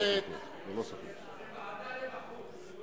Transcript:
זו ועדה לבחוץ,